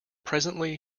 presently